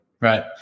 Right